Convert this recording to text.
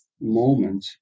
moment